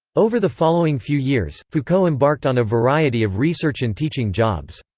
over the following few years, foucault embarked on a variety of research and teaching jobs.